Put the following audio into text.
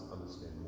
understand